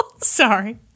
Sorry